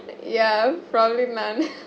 like yeah probably man